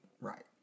Right